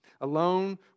Alone